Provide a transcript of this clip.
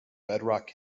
bedrock